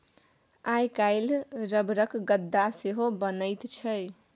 आइ काल्हि रबरक गद्दा सेहो बनैत छै